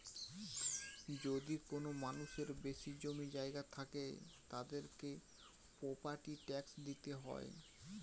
যদি কোনো মানুষের বেশি জমি জায়গা থাকে, তাদেরকে প্রপার্টি ট্যাক্স দিইতে হয়